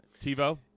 TiVo